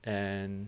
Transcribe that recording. and